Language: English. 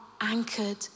anchored